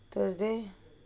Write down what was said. thursday